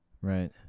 Right